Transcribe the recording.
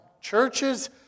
Churches